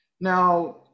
Now